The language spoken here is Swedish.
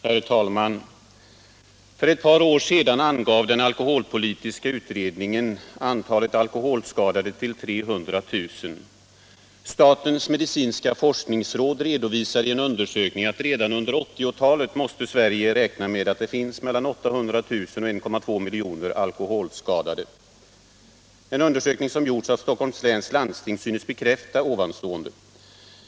Herr talman! För ett par år sedan angav den alkoholpolitiska utredningen antalet alkoholskadade till 300 000. Statens medicinska forskningsråd redovisar i en undersökning att Sverige redan under 1980-talet måste räkna med att det finns mellan 800 000 och 1,2 miljoner alkoholskadade. En undersökning som gjorts av Stockholms läns landsting synes bekräfta detta.